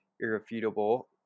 Irrefutable